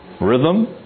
rhythm